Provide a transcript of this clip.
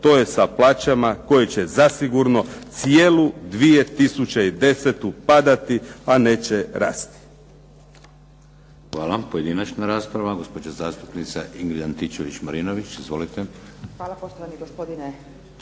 to je sa plaćama koje će zasigurno kroz cijelu 2010. padati a neće rasti.